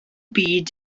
byd